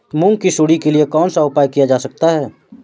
मूंग की सुंडी के लिए कौन सा उपाय किया जा सकता है?